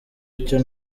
icyo